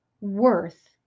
worth